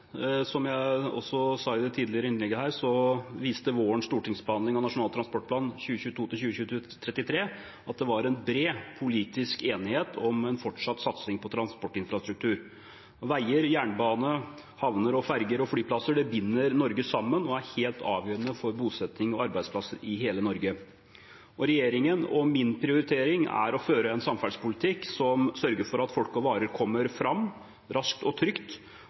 Som jeg også sa i et tidligere innlegg her, viste vårens stortingsbehandling av Nasjonal transportplan 2022–2033 at det var bred politisk enighet om en fortsatt satsing på transportinfrastruktur. Veier, jernbane, havner, ferger og flyplasser binder Norge sammen og er helt avgjørende for bosetting og arbeidsplasser i hele Norge. Min og regjeringens prioritering er å føre en samferdselspolitikk som sørger for at folk og varer kommer fram raskt og trygt,